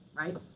Right